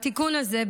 התיקון הזה,